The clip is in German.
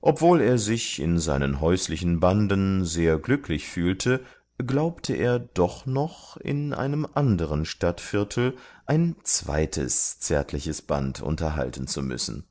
obwohl er sich in seinen häuslichen banden sehr glücklich fühlte glaubte er doch noch in einem anderen stadtviertel ein zweites zärtliches band unterhalten zu müssen